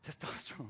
Testosterone